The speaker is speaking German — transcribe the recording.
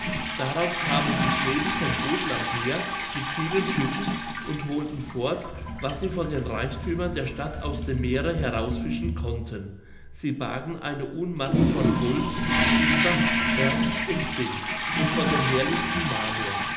darauf kamen die schweden von gothland her mit vielen schiffen und holten fort was sie von den reichthümern der stadt aus dem meere herausfischen konnten sie bargen eine unmasse von gold silber erz und zinn und von dem herrlichsten marmor